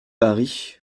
paris